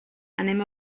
anem